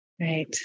Right